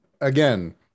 Again